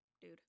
dude